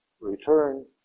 Return